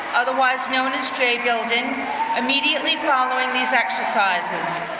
otherwise known as jay building immediately following these exercises.